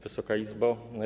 Wysoka Izbo!